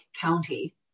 County